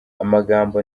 amagambo